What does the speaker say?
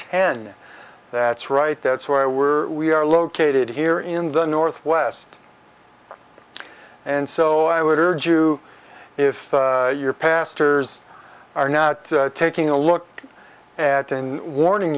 ten that's right that's why we're we are located here in the northwest and so i would urge you if you're pastors are not taking a look at in warning